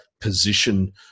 position